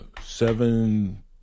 seven